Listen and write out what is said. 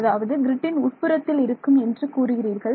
அதாவது கிரிட்டின் உட்புறத்தில் இருக்கும் என்று கூறுகிறீர்கள்